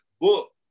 book